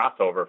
crossover